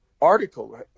article